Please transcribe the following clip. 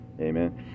Amen